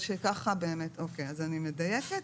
אני מדייקת.